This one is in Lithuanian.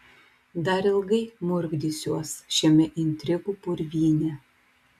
dar ilgai murkdysiuos šiame intrigų purvyne